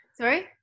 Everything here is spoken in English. Sorry